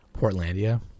Portlandia